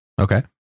Okay